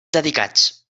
dedicats